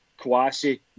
Kwasi